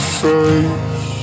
face